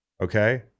okay